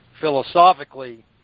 philosophically